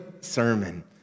sermon